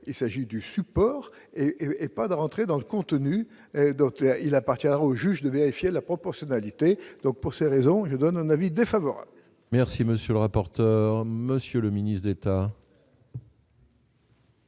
s'agit du support et et pas de rentrer dans le contenu, d'autres, il appartient au juge de vérifier la proportionnalité donc pour ces raisons et je donne un avis défavorable. Merci, monsieur le rapporteur, monsieur le ministre d'État.